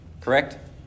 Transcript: Correct